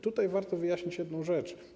Tutaj warto wyjaśnić jedną rzecz.